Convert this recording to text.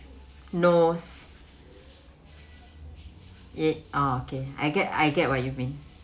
knows eh ah okay I get I get what you mean